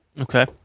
Okay